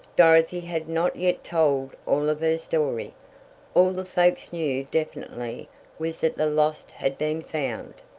dorothy had not yet told all of her story all the folks knew definitely was that the lost had been found.